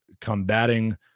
combating